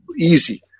easy